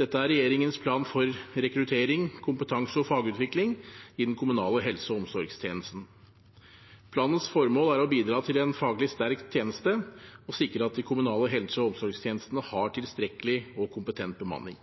Dette er regjeringens plan for rekruttering, kompetanse og fagutvikling i den kommunale helse- og omsorgstjenesten. Planens formål er å bidra til en faglig sterk tjeneste og sikre at de kommunale helse- og omsorgstjenestene har tilstrekkelig og kompetent bemanning.